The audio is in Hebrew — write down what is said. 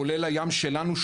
כולל הים שלנו,